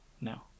No